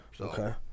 Okay